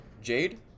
Jade